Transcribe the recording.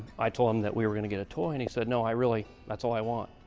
i told him that we were going to get a toy, and he said, no, i really, that's all i want.